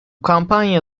kampanya